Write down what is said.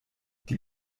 die